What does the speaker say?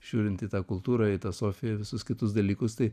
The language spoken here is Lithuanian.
žiūrint į tą kultūrą į tą sofiją visus kitus dalykus tai